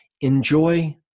Enjoy